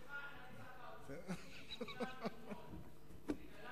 אצל הערבים שלך אתה ניצחת אותי ואותנו אתמול.